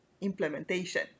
implementation